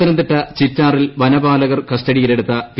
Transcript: പത്തനംതിട്ട ചിറ്റാറിൽ വനപാലകർ കസ്റ്റഡിയിലെടുത്ത പി